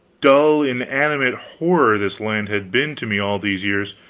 dull, inanimate horror this land had been to me all these years,